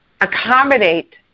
accommodate